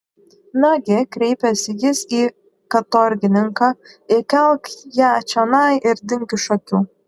nagi kreipėsi jis į katorgininką įkelk ją čionai ir dink iš akių